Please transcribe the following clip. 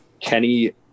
Kenny